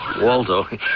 Waldo